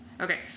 Okay